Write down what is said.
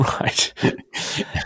Right